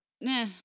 Nah